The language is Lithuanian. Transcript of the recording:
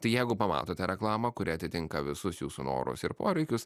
tai jeigu pamatote reklamą kuri atitinka visus jūsų norus ir poreikius